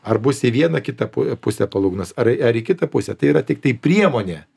ar bus į vieną kitą pu pusę palūkanos ar į ar į kitą pusę tai yra tiktai priemonė